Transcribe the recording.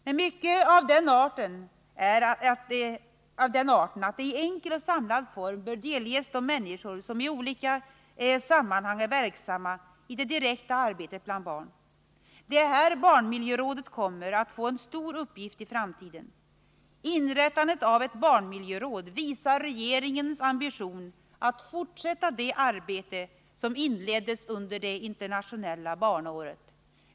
Men mycket är av den arten att det i enkel, samlad form bör delges de människor som i olika sammanhang är verksamma i det direkta arbetet bland barn. Det är här barnmiljörådet kommer att få en stor uppgift i framtiden. Inrättandet av ett barnmiljöråd visar regeringens ambition att fortsätta det arbete som inleddes under det internationella barnåret.